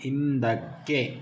ಹಿಂದಕ್ಕೆ